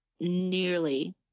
nearly